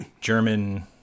German